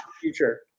Future